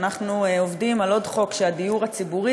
אנחנו עובדים על עוד חוק שהדיור הציבורי